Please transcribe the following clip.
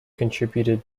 contributed